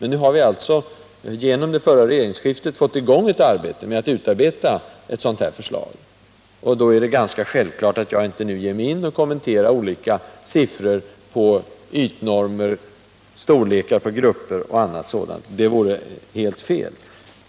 När vi nu alltså genom det förra regeringsskiftet har fått i gång arbetet med ett sådant förslag, är det självklart att jag inte ger mig in på att kommentera olika siffror på ytnormer, gruppstorlekar och annat sådant; det vore fel av mig.